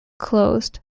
closed